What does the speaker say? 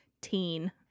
teen